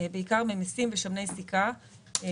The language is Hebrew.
בעיקר ממיסים ושמני סיכה,